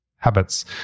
habits